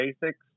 basics